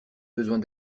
besoin